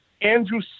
Andrew